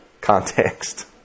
context